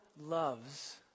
loves